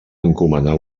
encomanar